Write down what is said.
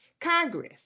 Congress